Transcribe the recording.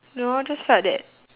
no just felt that